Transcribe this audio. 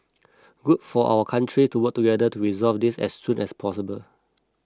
good for our countries to work together to resolve this as soon as possible